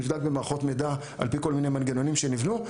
מבדק במערכות מידע על פי כל מיני מנגנונים שנבנו,